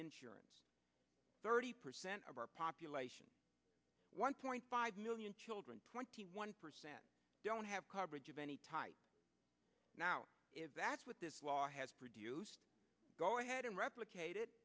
insurance thirty percent of our population one point five million children twenty one percent don't have coverage of any type now that's what this law has produced go ahead and replicate